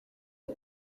est